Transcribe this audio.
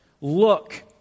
Look